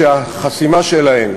שהחסימה שלהן,